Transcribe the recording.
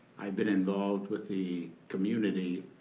i've been involved with the community